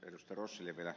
rossille vielä